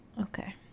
Okay